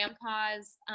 grandpa's